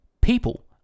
people